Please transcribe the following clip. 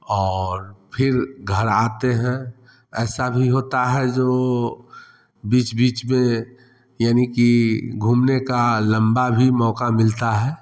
और फिर घर आते हैं ऐसा भी होता है जो बीच बीच में यानी कि घूमने का लम्बा भी मौका मिलता है